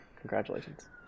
Congratulations